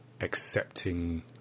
accepting